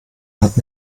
hat